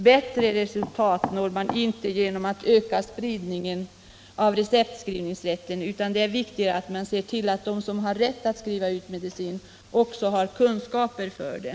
Bättre resultat når man inte genom att sprida receptskrivningsrätten, utan det är viktigare att se till att de som har rätt att skriva ut medicin också har kunskaper för det.